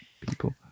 people